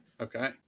Okay